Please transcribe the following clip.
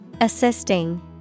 Assisting